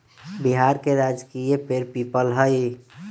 बिहार के राजकीय पेड़ पीपल हई